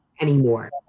anymore